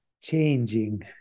changing